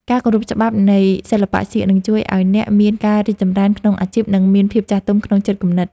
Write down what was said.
ការគោរពច្បាប់នៃសិល្បៈសៀកនឹងជួយឱ្យអ្នកមានការរីកចម្រើនក្នុងអាជីព និង មានភាពចាស់ទុំក្នុងចិត្តគំនិត។